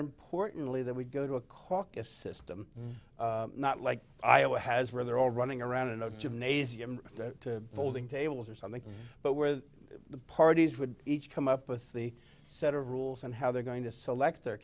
importantly that we go to a caucus system not like iowa has where they're all running around in a gymnasium folding tables or something but where the parties would each come up with the set of rules and how they're going to select their